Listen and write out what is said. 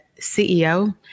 CEO